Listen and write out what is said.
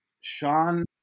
Sean